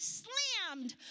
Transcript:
slammed